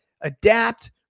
adapt